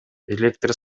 электр